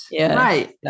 Right